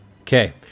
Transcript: Okay